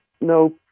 no